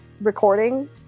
recording